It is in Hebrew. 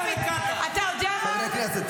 אבל מה זה קשור לאלי פלדשטיין?